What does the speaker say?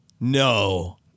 No